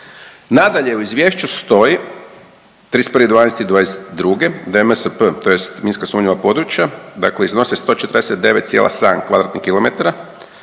Nadalje u izvješću stoji 31.12.2022. da je MSP, tj. minski sumnjiva područja, dakle iznose 149,7